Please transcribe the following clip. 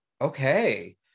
okay